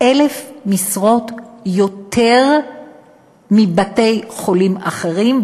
1,000 משרות יותר מאשר בבתי-חולים אחרים,